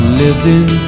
living